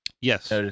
yes